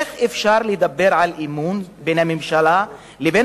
איך אפשר לדבר על אמון בין הממשלה לבין